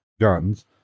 guns